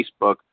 Facebook